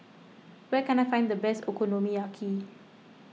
where can I find the best Okonomiyaki